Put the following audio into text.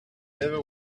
never